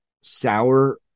sour